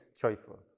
joyful